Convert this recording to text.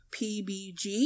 PBG